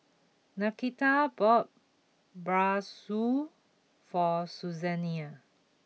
Nakita bought Bratwurst for Susanne